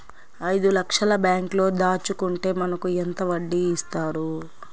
ఐదు లక్షల బ్యాంక్లో దాచుకుంటే మనకు ఎంత వడ్డీ ఇస్తారు?